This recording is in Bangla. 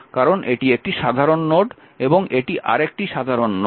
কারণ এটি একটি সাধারণ নোড এবং এটি আর একটি সাধারণ নোড